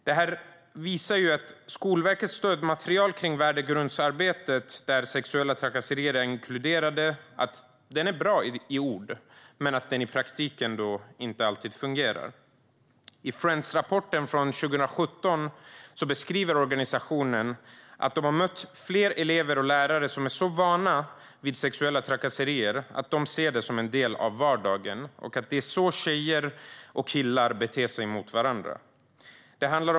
Det visar att Skolverkets stödmaterial för värdegrundsarbetet, där sexuella trakasserier är inkluderade, är bra i ord men att det inte alltid fungerar i praktiken. I Friends rapport från 2017 beskriver organisationen att man har mött flera elever och lärare som är så vana vid sexuella trakasserier att de ser det som en del av vardagen och som att det är på det sättet tjejer och killar beter sig mot varandra.